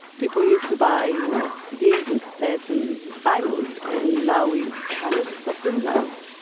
people used to buy, you know, cds and cassettes and vinyls. and now we kind of stopped doing that,